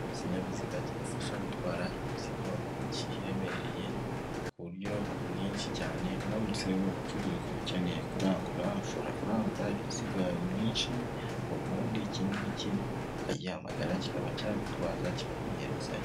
Ikinyabiziga kidufasha gutwara imizigo myinshi iremereye, ku buryo bwinshi cyane, uramutse uri umucuruzi ukeneye kurangura, ushobora kurangura imizigo yawe myinshi, ubundi iki ngiki ukagihamagara, kikaba cyagutwaza, kikakugerezayo.